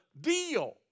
deal